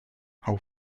how